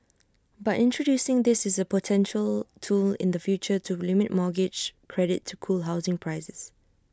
but introducing this is A potential tool in the future to limit mortgage credit to cool housing prices